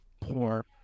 poor